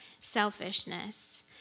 selfishness